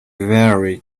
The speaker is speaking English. very